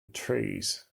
trees